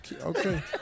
Okay